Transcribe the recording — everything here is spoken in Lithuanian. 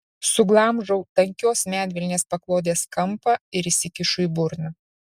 suglamžau tankios medvilnės paklodės kampą ir įsikišu į burną